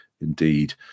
indeed